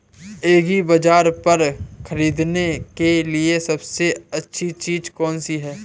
एग्रीबाज़ार पर खरीदने के लिए सबसे अच्छी चीज़ कौनसी है?